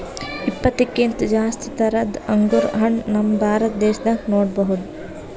ಇಪ್ಪತ್ತಕ್ಕಿಂತ್ ಜಾಸ್ತಿ ಥರದ್ ಅಂಗುರ್ ಹಣ್ಣ್ ನಮ್ ಭಾರತ ದೇಶದಾಗ್ ನೋಡ್ಬಹುದ್